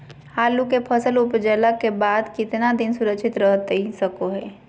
आलू के फसल उपजला के बाद कितना दिन सुरक्षित रहतई सको हय?